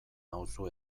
nauzu